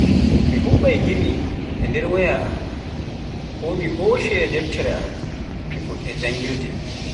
Mi huɓɓai giimi e nder wayawal an, ko fuɗɗa janngirde.